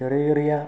ചെറിയ ചെറിയ